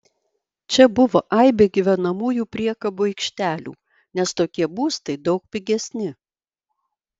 čia buvo aibė gyvenamųjų priekabų aikštelių nes tokie būstai daug pigesni